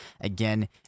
Again